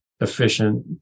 efficient